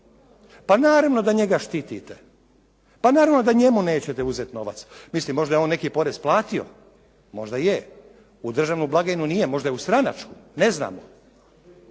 Pa naravno da njega štitite. Pa naravno da njemu nećete uzeti novac. Mislim možda je on neki porez platio, možda je, u državnu blagajnu nije, možda je u stranačku. Ne znamo,